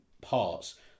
parts